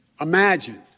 Imagine